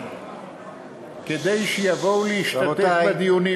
כדי שיבואו וישתתפו בדיונים,